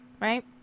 right